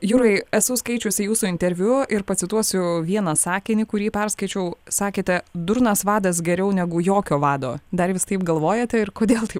jurai esu skaičiusi jūsų interviu ir pacituosiu vieną sakinį kurį perskaičiau sakėte durnas vadas geriau negu jokio vado dar vis taip galvojate ir kodėl taip